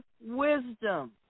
wisdom